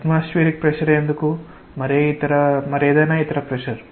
atmospheric ప్రెషరే ఎందుకు మరేదైనా ఇతర ప్రెషర్